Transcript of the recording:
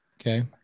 Okay